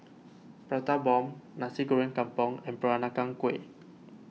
Prata Bomb Nasi Goreng Kampung and Peranakan Kueh